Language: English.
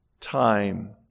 time